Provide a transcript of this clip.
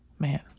Man